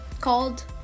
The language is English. called